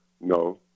No